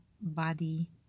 body